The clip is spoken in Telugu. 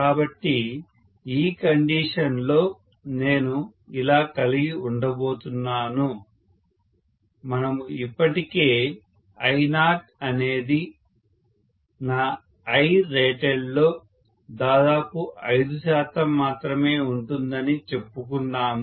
కాబట్టి ఈ కండిషన్ లో నేను ఇలా కలిగి ఉండి పోతున్నాను మనము ఇప్పటికే I0 అనేది నా Irated లో దాదాపు 5 శాతం మాత్రమే ఉంటుందని చెప్పుకున్నాము